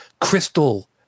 crystal